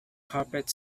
carpet